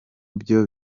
byo